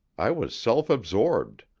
i was self-absorbed.